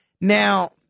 Now